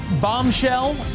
Bombshell